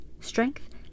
strength